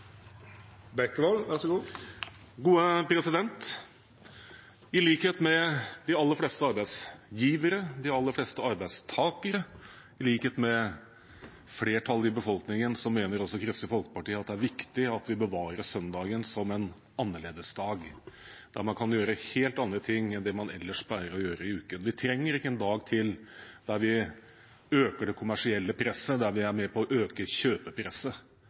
I likhet med de aller fleste arbeidsgivere, de aller fleste arbeidstakere, i likhet med flertallet i befolkningen mener også Kristelig Folkeparti at det er viktig at vi bevarer søndagen som en annerledesdag der man kan gjøre helt andre ting enn det man pleier å gjøre ellers i uken. Vi trenger ikke en dag til der vi øker det kommersielle presset, der vi er med på å øke kjøpepresset.